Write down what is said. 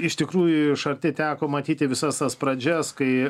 iš tikrųjų iš arti teko matyti visas tas pradžias kai